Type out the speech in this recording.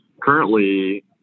Currently